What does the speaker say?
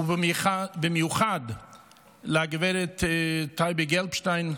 ובמיוחד במיוחד, לגב' טייבי גלבשטיין,